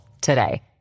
today